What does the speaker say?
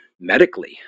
medically